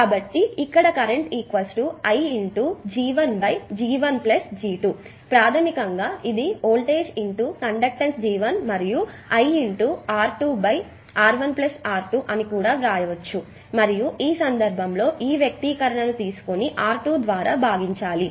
కాబట్టి ఇక్కడ current I G1 G1 G2 ప్రాథమికంగా ఇది వోల్టేజ్ కండక్టెన్స్ మరియు I R2 R1 R2 అని కూడా వ్రాయవచ్చు మరియు ఈ సందర్భంలో ఈ వ్యక్తీకరణను తీసుకొని R1 ద్వారా భాగించాలి